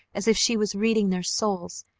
as if she was reading their souls,